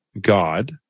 God